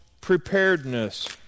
preparedness